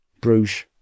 Bruges